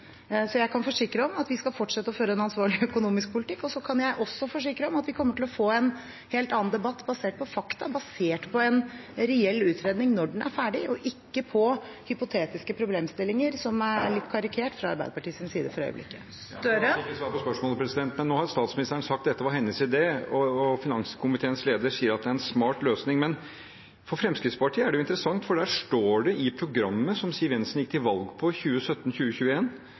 så jeg kan forsikre om at vi skal fortsette å føre en ansvarlig økonomisk politikk, og jeg kan også forsikre om at vi kommer til å få en helt annen debatt basert på fakta, basert på en reell utredning når den er ferdig, og ikke på hypotetiske problemstillinger som er karikert fra Arbeiderpartiets side for øyeblikket. Det blir oppfølgingsspørsmål – først Jonas Gahr Støre. Det var altså ikke svar på spørsmålet. Men nå har statsministeren sagt at dette var hennes idé, og finanskomiteens leder sier at det er en smart løsning. Men for Fremskrittspartiet er det jo interessant, for det står i programmet som Siv Jensen gikk til valg på